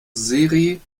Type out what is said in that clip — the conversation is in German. seri